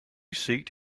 seat